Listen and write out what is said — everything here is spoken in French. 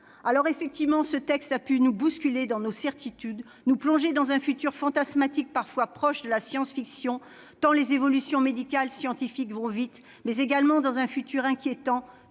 texte, effectivement, a pu nous bousculer dans nos certitudes, nous plonger dans un futur fantasmatique parfois proche de la science-fiction, tant les évolutions médicales et scientifiques sont rapides, mais également dans un futur inquiétant,